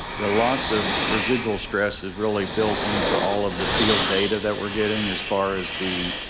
the loss of residual stress is really built into all of the field data that we're getting as far as the